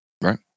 Right